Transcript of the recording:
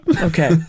Okay